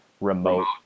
remote